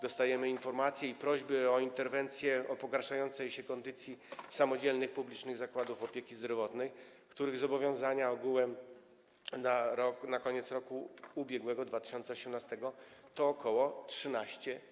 Dostajemy informacje - i prośby o interwencję - o pogarszającej się kondycji samodzielnych publicznych zakładów opieki zdrowotnej, których zobowiązania ogółem na koniec roku ubiegłego, roku 2018, to ok. 13